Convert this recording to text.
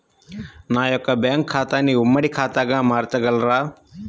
నా యొక్క బ్యాంకు ఖాతాని ఉమ్మడి ఖాతాగా మార్చగలరా?